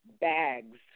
bags